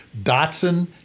Datsun